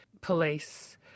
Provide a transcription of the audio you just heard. police